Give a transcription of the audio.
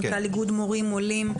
מנכ"ל איגוד מורים עולים,